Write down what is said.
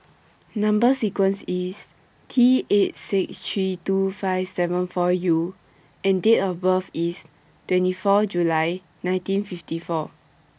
Number sequence IS T eight six three two five seven four U and Date of birth IS twenty four July nineteen fifty four